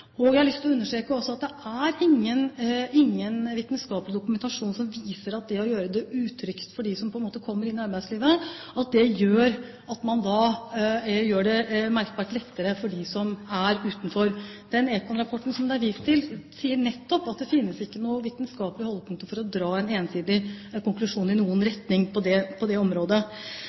Jeg har også lyst til å understreke at det ikke er noen vitenskapelig dokumentasjon som viser at det å gjøre det utrygt for dem som kommer inn i arbeidslivet, gjør det merkbart lettere for dem som er utenfor. Den Econ-rapporten det er vist til, sier nettopp at det ikke finnes noen vitenskapelige holdepunkter for å kunne dra en ensidig konklusjon i noen retning på det området. Jeg er veldig redd for at ved å myke opp for de midlertidige ansettelsene blir det